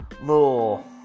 little